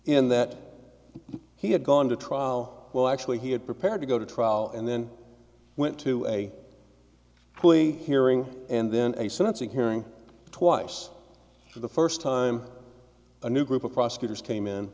in that he had gone to trial well actually he had prepared to go to trial and then went to a plea hearing and then a sentencing hearing twice for the first time a new group of prosecutors came in